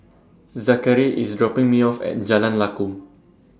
Zakary IS dropping Me off At Jalan Lakum